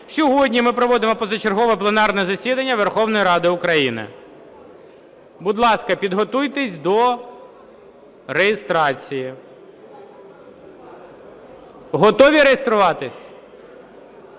сьогодні ми проводимо позачергове пленарне засідання Верховної Ради України. Будь ласка, підготуйтесь до реєстрації. Готові реєструватись?